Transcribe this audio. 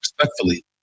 Respectfully